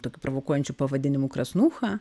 tokiu provokuojančiu pavadinimu krasnucha